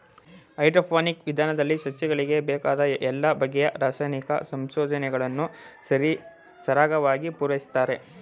hydroponic ವಿಧಾನದಲ್ಲಿ ಸಸ್ಯಗಳಿಗೆ ಬೇಕಾದ ಎಲ್ಲ ಬಗೆಯ ರಾಸಾಯನಿಕ ಸಂಯೋಜನೆಗಳನ್ನು ಸರಾಗವಾಗಿ ಪೂರೈಸುತ್ತಾರೆ